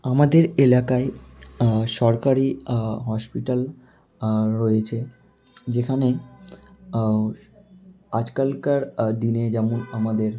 আমাদের এলাকায় সরকারি হসপিটাল রয়েছে যেখানে আজকালকার দিনে যেমন আমাদের